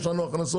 יש לנו הכנסות,